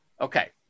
Okay